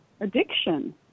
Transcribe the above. addiction